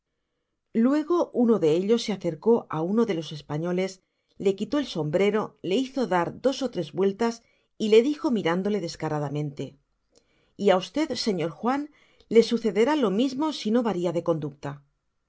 luego uno de ellos se acercó á uno de los españoles le quitó el sombrero le hizo dar dos ó tres vueltas y le dijo mirándole descaradamente y á v señor juan le sucederá lo mismo si no varia de conducta